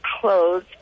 clothes